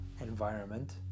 environment